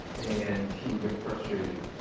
and he would get frustrated.